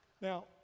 Now